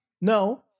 No